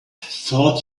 thought